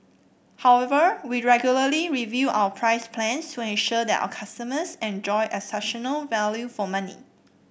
however we regularly review our price plans to ensure that our customers enjoy exceptional value for money